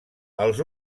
els